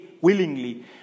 willingly